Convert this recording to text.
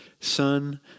son